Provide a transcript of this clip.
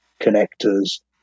connectors